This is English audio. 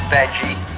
Veggie